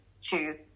choose